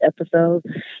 episode